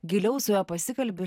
giliau su juo pasikalbi